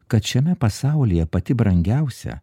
kad šiame pasaulyje pati brangiausia